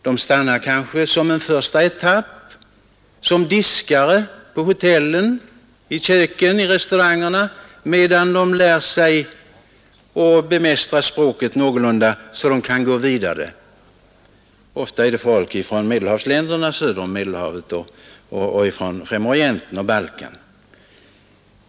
De stannar kanske i en första etapp som diskare i köken på hotell och restauranger, medan de lär sig att bemästra språket någorlunda så att de kan gå vidare; ofta är det folk från Medelhavsländerna, Främre Orienten och Balkan.